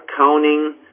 accounting